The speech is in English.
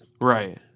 right